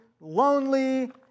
lonely